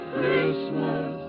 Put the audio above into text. Christmas